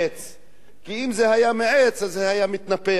כי אם זה היה מעץ, אז זה היה מתנפח עוד יותר.